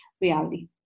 reality